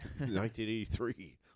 1983